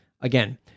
Again